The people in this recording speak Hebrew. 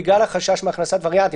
בגלל החשש מהכנסת וריאנטים,